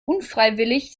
unfreiwillig